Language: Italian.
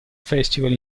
festival